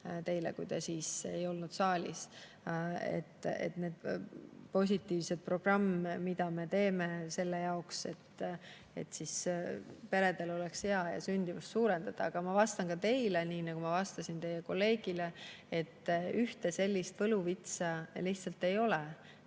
teile, kui te ei olnud siis saalis. Mis on positiivne programm, mida me teeme selle jaoks, et peredel oleks hea ja et sündimust suurendada? Ma vastan ka teile nii, nagu ma vastasin teie kolleegile, et ühte sellist võluvitsa lihtsalt ei ole,